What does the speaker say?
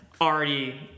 already